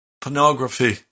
Pornography